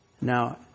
Now